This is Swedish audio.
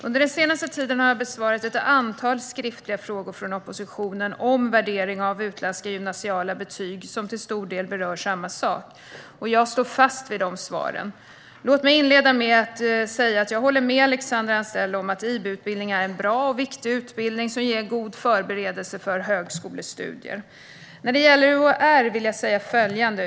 Under den senaste tiden har jag besvarat ett antal skriftliga frågor från oppositionen om värdering av utländska gymnasiala betyg som till stor del berör samma sak. Jag står fast vid de svaren. Låt mig inleda med att säga att jag håller med Alexandra Anstrell om att IB-utbildning är en bra och viktig utbildning som ger en god förberedelse för högskolestudier. När det gäller UHR vill jag säga följande.